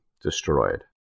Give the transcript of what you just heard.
destroyed